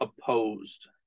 opposed